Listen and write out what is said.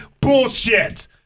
Bullshit